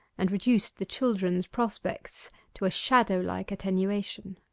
and reduced the children's prospects to a shadow-like attenuation.